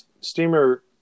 steamer –